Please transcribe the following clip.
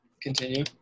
Continue